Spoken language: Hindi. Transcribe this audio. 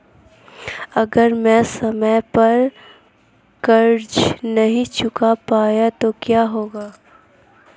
अगर मैं समय पर कर्ज़ नहीं चुका पाया तो क्या होगा?